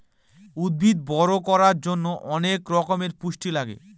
উদ্ভিদ বড়ো করার জন্য অনেক রকমের পুষ্টি লাগে